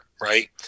right